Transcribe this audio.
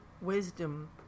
Wisdom